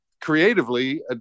creatively